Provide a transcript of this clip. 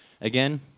again